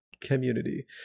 community